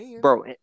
bro